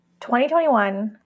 2021